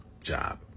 job